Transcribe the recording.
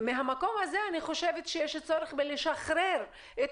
מהמקום הזה אני חושבת שיש צורך בלשחרר את